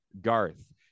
Garth